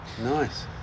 Nice